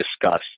discuss